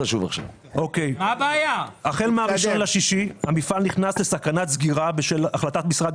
החל מ-1.6 המפעל נכנס לסכנת סגירה בשל החלטת משרד